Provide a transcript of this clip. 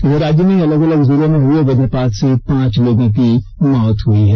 इधर राज्य में अलग अलग जिलों में हुए वज्रपात से पांच लोगों की मौत हुई है